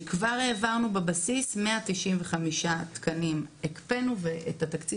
כבר העברנו בבסיס 195 תקנים הקפאנו ואת התקציב